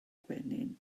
gwenyn